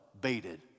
baited